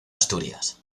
asturias